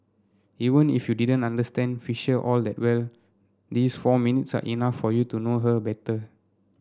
even if you didn't understand Fisher all that well these four minutes are enough for you to know her better